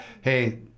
hey